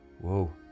whoa